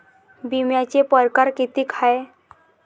बिम्याचे परकार कितीक हाय?